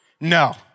No